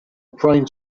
praying